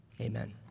Amen